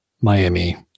Miami